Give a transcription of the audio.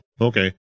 okay